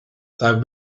though